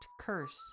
curse